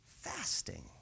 Fasting